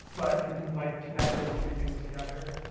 but you can like connect those two things together.